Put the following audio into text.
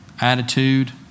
attitude